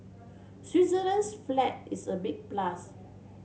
Switzerland's flag is a big plus